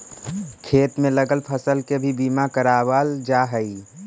खेत में लगल फसल के भी बीमा करावाल जा हई